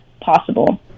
possible